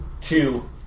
two